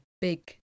big